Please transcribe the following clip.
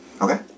Okay